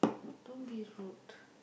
don't be rude